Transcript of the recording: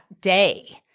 day